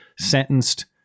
sentenced